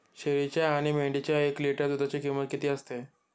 शेळीच्या आणि मेंढीच्या एक लिटर दूधाची किंमत किती असते?